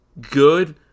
good